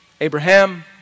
Abraham